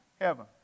heaven